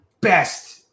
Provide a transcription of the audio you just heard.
best